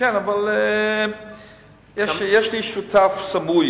כן, אבל יש לי שותף סמוי